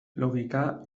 logika